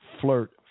flirt